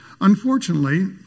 Unfortunately